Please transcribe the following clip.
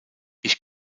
ich